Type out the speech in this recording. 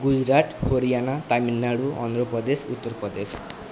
Gujarat Haryana Tamil Nadu Andhra Pradesh Uttar Pradesh